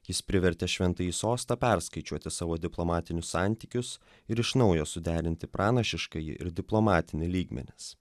jis privertė šventąjį sostą perskaičiuoti savo diplomatinius santykius ir iš naujo suderinti pranašiškąjį ir diplomatinį lygmenis